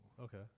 okay